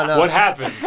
what happened?